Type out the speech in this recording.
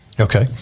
Okay